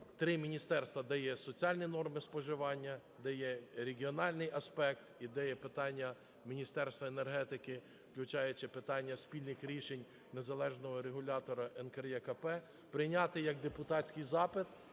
3 міністерства дає соціальні норми споживання, де є регіональний аспект і де є питання Міністерства енергетики, включаючи питання спільних рішень незалежного регулятора НКРЕКП, прийняти як депутатський запит